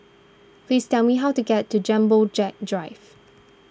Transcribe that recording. please tell me how to get to Jumbo Jet Drive